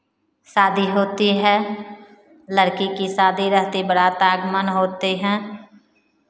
शादी होती है लड़की की शादी रहती बारात आगमन होते हैं